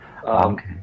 Okay